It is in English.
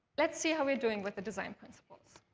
let's see how we're doing with the design principles.